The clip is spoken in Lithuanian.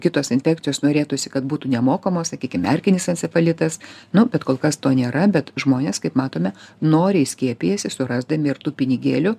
kitos infekcijos norėtųsi kad būtų nemokamos sakykim erkinis encefalitas nu bet kol kas to nėra bet žmonės kaip matome noriai skiepijasi surasdami ir tų pinigėlių